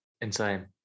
Insane